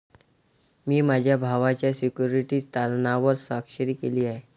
मी माझ्या भावाच्या सिक्युरिटीज तारणावर स्वाक्षरी केली आहे